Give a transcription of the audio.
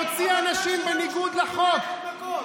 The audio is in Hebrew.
להוציא אנשים בניגוד לחוק.